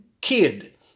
kid